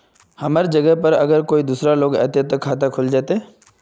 हमर जगह पर अगर दूसरा लोग अगर ऐते ते खाता खुल जते?